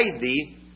thee